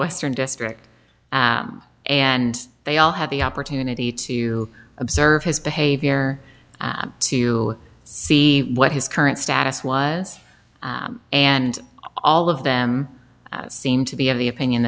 western district and they all had the opportunity to observe his behavior to see what his current status was and all of them seem to be of the opinion